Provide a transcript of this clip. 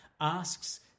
Asks